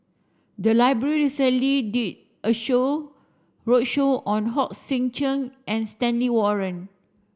the library recently did a show roadshow on Hong Sek Chern and Stanley Warren